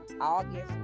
August